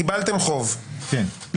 קיבלתם חוב לטיפול,